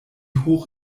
hoch